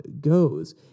goes